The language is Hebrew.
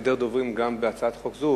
בהעדר דוברים גם בהצעת חוק זו,